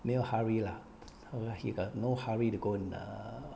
没有 hurry lah he got no hurry to go and err